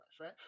right